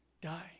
die